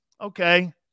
okay